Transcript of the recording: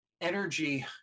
energy